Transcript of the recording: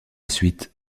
suite